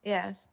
Yes